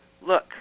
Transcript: look